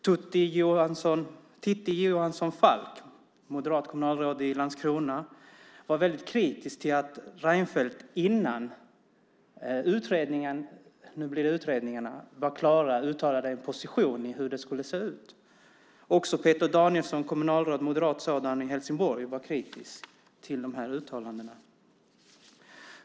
Tutti Johansson Falk, moderat kommunalråd i Landskrona, var väldigt kritisk till att Reinfeldt innan utredningen - nu blir det utredningarna - var klar uttalade en position, hur det skulle se ut. Också Peter Danielsson, moderat kommunalråd i Helsingborg, var kritisk till de här uttalandena.